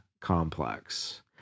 complex